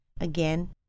Again